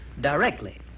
directly